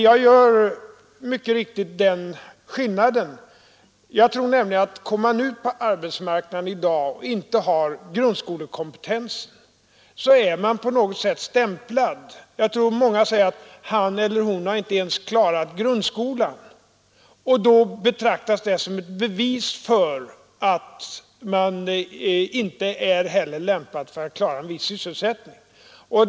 Det är riktigt att jag gör den skillnaden. Jag tror nämligen att man, om man kommer ut på arbetsmarknaden i dag och inte har grundskolekompetens, på något sätt är stämplad. Jag tror att många säger att han eller hon inte ens har klarat grundskolan, ock då betraktas det som ett bevis för att man inte heller är lämpad att klara en viss sysselsättning.